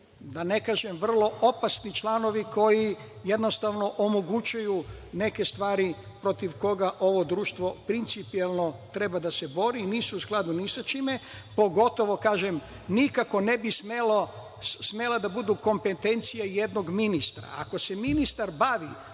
da ne kažem, vrlo opasni članovi koji jednostavno omogućuju neke stvari protiv kojih ovo društvo principijelno treba da se bori. Nisu u skladu ni sa čime, pogotovo, kažem, nikako ne bi smele da budu kompetencije jednog ministra. Ako se ministar bavi